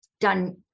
done